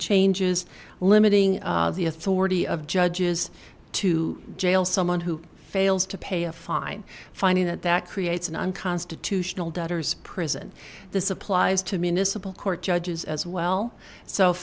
changes limiting the authority of judges to jail someone who fails to pay a fine fine in that that creates an unconstitutional debtors prison this applies to minnesota court judges as well so